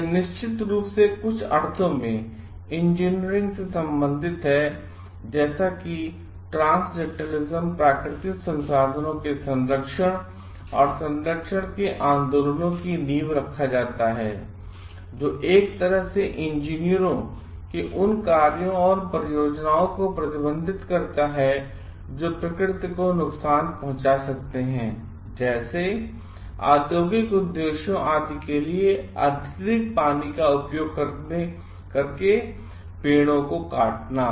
यह निश्चित रूप से कुछ अर्थों में इंजीनियरिंग से संबंधित है जैसा कि ट्रान्सेंडैंटलिज़्म प्राकृतिक संसाधनों के संरक्षण और संरक्षण के आंदोलनों की नींव की ओर जाता हैजो एक तरह से इंजीनियरों के उन कार्यों अथवा परियोजनाओं को प्रतिबंधित करता है जो प्रकृति को नुकसान पहुंचा सकता है जैसे औद्योगिक उद्देश्योंआदि केलिए अत्यधिक पानी का उपयोग करके पेड़ों को काटना